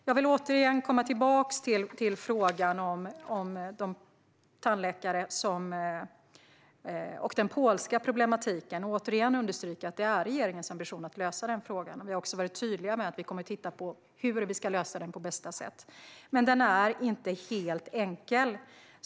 Jag vill komma tillbaka till frågan om tandläkare och den polska problematiken och återigen understryka att det är regeringens ambition att lösa den. Vi har varit tydliga med att vi kommer att titta på hur vi ska lösa den på bästa sätt, men det är inte helt enkelt.